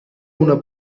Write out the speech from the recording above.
una